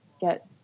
get